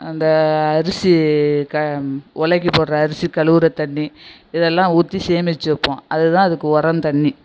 அந்த அரிசி க ஒலைக்கு போடுகிற அரிசி கழுவுகிற தண்ணி இதெல்லாம் ஊற்றி சேமிச்சு வைப்போம் அது தான் அதுக்கு உரம் தண்ணி